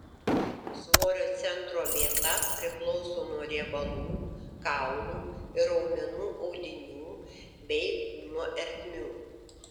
svorio centro vieta priklauso nuo riebalų kaulų ir raumenų audinių bei kūno ertmių